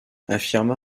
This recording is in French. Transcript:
affirma